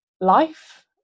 life